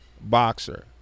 boxer